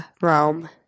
Rome